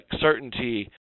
certainty